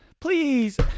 Please